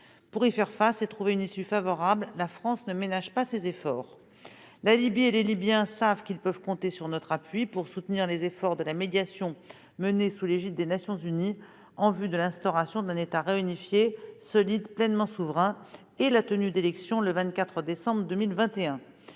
Pour y faire face et trouver une issue favorable, la France ne ménage pas ses efforts. La Libye et les Libyens savent qu'ils peuvent compter sur notre appui pour soutenir les efforts de la médiation menée sous l'égide des Nations unies en vue de l'instauration d'un État réunifié, solide, pleinement souverain et de la tenue des élections le 24 décembre 2021.